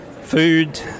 Food